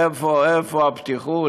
איפה הפתיחות?